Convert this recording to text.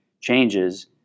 changes